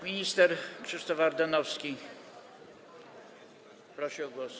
Minister Krzysztof Ardanowski prosi o głos.